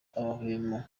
amahwemo